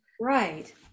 Right